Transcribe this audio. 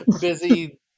busy